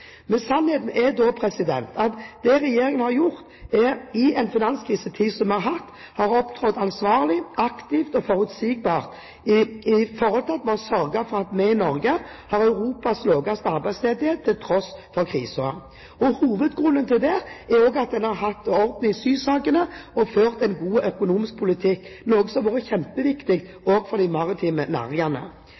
er skyld i verdens finanskrise. Sannheten er at regjeringen i den finanskrisetid som vi har hatt, har opptrådt ansvarlig, aktivt og forutsigbart ved at vi har sørget for at vi i Norge har Europas laveste arbeidsledighet, til tross for krisen. Hovedgrunnen til det er at en har hatt orden i sysakene og har ført en god økonomisk politikk, noe som har vært kjempeviktig også for de maritime næringene.